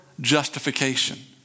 justification